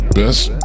best